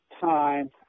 time